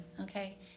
Okay